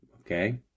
Okay